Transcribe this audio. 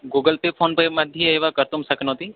Google Pay PhonePe मध्ये एव कर्तुं शक्नोति